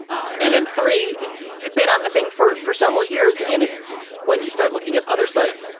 and then, three, you'd been on the thing for for several years and when you start looking at other sites,